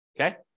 Okay